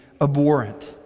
abhorrent